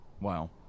Wow